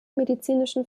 medizinischen